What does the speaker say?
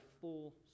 full